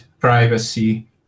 privacy